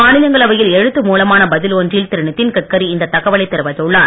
மாநிலங்களவையில் எழுத்து மூலமான பதில் ஒன்றில் திரு நிதின் கட்கரி இந்த தகவலை தெரிவித்துள்ளார்